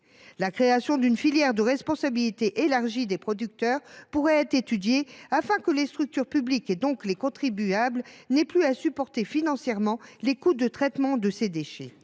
La création d’une filière à responsabilité élargie des producteurs (REP) pourrait enfin être étudiée, afin que les structures publiques, et donc les contribuables, n’aient plus à supporter financièrement les coûts de traitement de ces déchets.